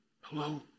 Hello